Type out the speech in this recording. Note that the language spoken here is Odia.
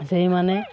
ସେଇମାନେ